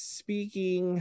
speaking